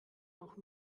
auch